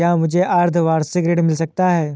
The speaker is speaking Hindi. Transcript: क्या मुझे अर्धवार्षिक ऋण मिल सकता है?